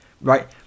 right